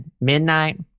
midnight